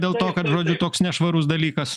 dėl to kad žodžiu toks nešvarus dalykas